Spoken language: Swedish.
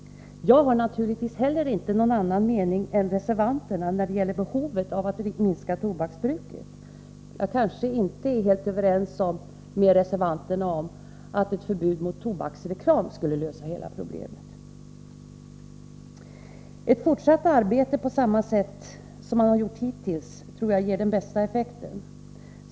Jag har naturligtvis inte heller någon annan mening än reservanterna när det gäller behovet av att minska tobaksbruket. Jag kanske inte är helt överens med reservanterna om att ett förbud mot tobaksreklam skulle lösa hela problemet. Ett fortsatt arbete på samma sätt som hittills tror jag ger den bästa effekten.